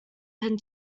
penn